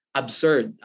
absurd